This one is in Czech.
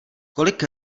kolik